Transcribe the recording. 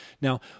Now